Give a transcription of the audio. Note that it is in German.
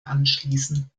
anschließen